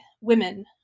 women